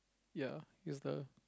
ya it was the